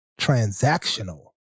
transactional